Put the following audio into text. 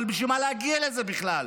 אבל בשביל מה להגיע לזה בכלל?